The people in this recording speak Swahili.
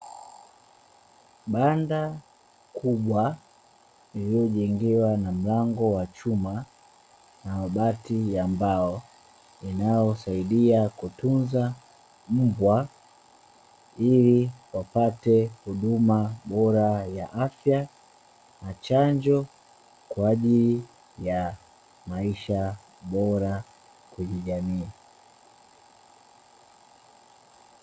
Banda kubwa iliyojengewa na mlango wa chuma na mabati ya mbao inayosaidia kutunza mbwa, ili wapate huduma bora ya afya na chanjo kwa ajili ya maisha bora kwenye jamii.